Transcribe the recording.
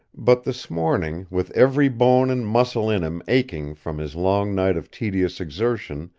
but this morning, with every bone and muscle in him aching from his long night of tedious exertion,